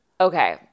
okay